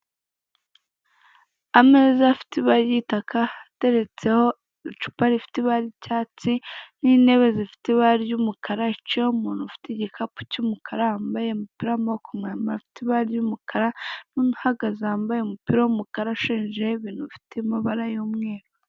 Ameza afite ibara ry'igitaka ateretseho icupa rifite ibara ry'icyatsi, n'intebe zifite ibara ry'umukara, hicayeho umuntu ufite igikapu cy'umukara wambaye umupira w'amaboko maremareafite ibara ry'umukara, n'undi uhagaze wambaye umupira w'umukara ushushanyijeho ibintu bifite amabara y'umweru.